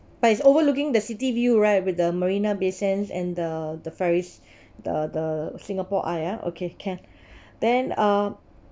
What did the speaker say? but it's overlooking the city view right with the marina bay sands and the the ferris the the singapore eye ah okay can then uh